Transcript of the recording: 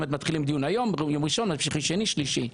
מתחילים דיון היום, ממשיכים בראשון, שני, שלישי.